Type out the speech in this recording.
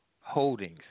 Holdings